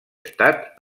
estat